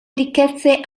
ricchezze